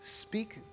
Speak